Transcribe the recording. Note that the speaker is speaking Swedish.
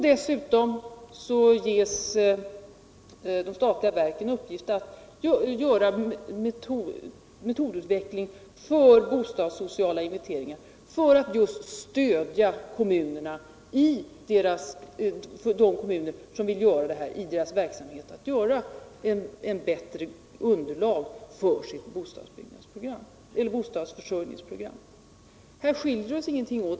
Dessutom får de statliga verken i uppgift att utveckla metoder för bostadssociala inventeringar, just för att stödja de kommuner som vill göra dessa inventeringar i syfte att få fram bättre underlag för sina bostadsförsörjningsprogram. Här skiljer ingenting oss åt.